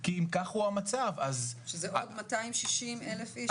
כי אם כך הוא המצב --- שזה עוד 260,000 איש.